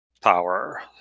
power